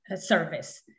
service